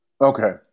Okay